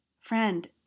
friend